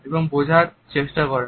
এবং বোঝার চেষ্টা করেন